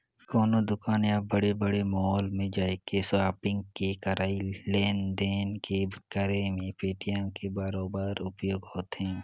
कोनो दुकान या बड़े बड़े मॉल में जायके सापिग के करई लेन देन के करे मे पेटीएम के बरोबर उपयोग होथे